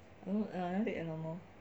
err no I never take abnormal